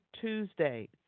Tuesday